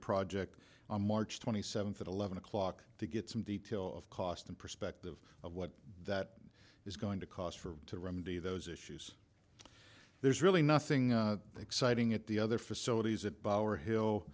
project on march twenty seventh at eleven o'clock to get some detail of cost and perspective of what that is going to cost for to remedy those issues there's really nothing exciting at the other facilities at bauer hill